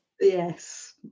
Yes